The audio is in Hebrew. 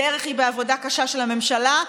הדרך היא בעבודה קשה של הממשלה,